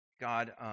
God